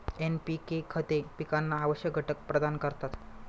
NPK खते पिकांना आवश्यक घटक प्रदान करतात